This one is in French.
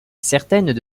certaines